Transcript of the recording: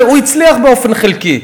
והוא הצליח באופן חלקי.